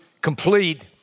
complete